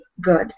good